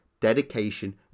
dedication